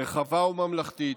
רחבה וממלכתית,